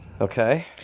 Okay